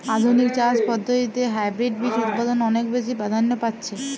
আধুনিক চাষ পদ্ধতিতে হাইব্রিড বীজ উৎপাদন অনেক বেশী প্রাধান্য পাচ্ছে